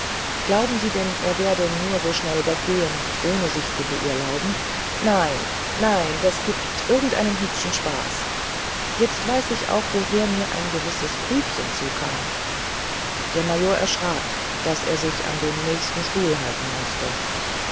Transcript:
glauben sie denn er werde nur so schnell weggehen ohne sich zu beurlauben nein nein das gibt irgend einen hübschen spaß jetzt weiß ich auch woher mir ein gewisses briefchen zukam der major erschrak daß er sich an dein nächsten stuhl halten mußte